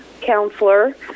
counselor